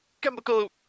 chemical